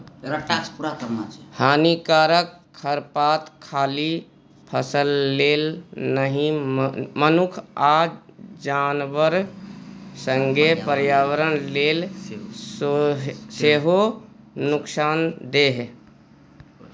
हानिकारक खरपात खाली फसल लेल नहि मनुख आ जानबर संगे पर्यावरण लेल सेहो नुकसानदेह